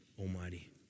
Almighty